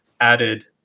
added